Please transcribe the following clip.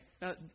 now